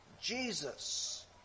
Jesus